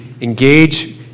engage